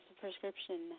prescription